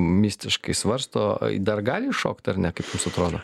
mistiškai svarsto dar gali iššokt ar ne kaip jums atrodo